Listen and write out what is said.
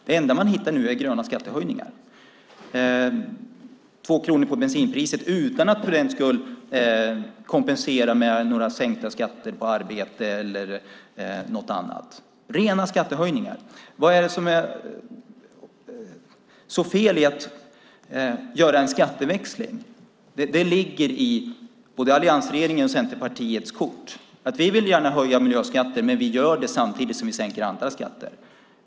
Det enda man nu hittar är gröna skattehöjningar - 2 kronor på bensinpriset utan att man för den skull kompenserar med några sänkta skatter på arbete eller något annat, utan det är rena skattehöjningar. Vad är det som är så fel med en skatteväxling? Det ligger i både alliansregeringens och Centerpartiets kort. Vi vill gärna höja miljöskatten, men vi gör det samtidigt som vi sänker andra skatter.